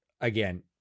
again